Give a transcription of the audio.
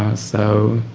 so,